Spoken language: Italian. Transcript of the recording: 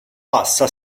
bassa